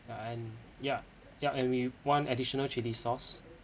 ya and ya ya and we want additional chili sauce